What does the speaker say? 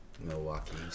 Milwaukee